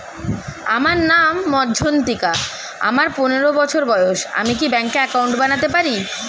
আমার নাম মজ্ঝন্তিকা, আমার পনেরো বছর বয়স, আমি কি ব্যঙ্কে একাউন্ট বানাতে পারি?